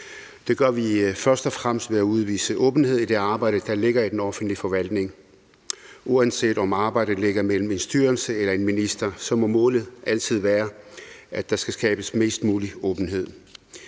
det gør vi først og fremmest ved at udvise åbenhed i det arbejde, der ligger i den offentlige forvaltning. Uanset om arbejdet ligger i en styrelse eller hos en minister, må målet altid være, at der skal skabes mest mulig åbenhed.